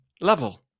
level